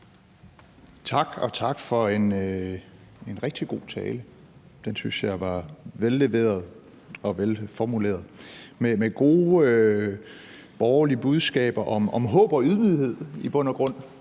Tak, og tak for en rigtig god tale. Den synes jeg var velleveret og velformuleret med gode borgerlige budskaber om håb og ydmyghed i bund og grund: